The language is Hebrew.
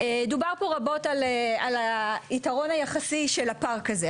דובר פה רבות על היתרון היחסי של הפארק הזה,